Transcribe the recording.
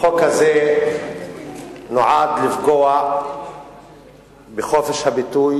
החוק הזה נועד לפגוע בחופש הביטוי,